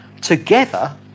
together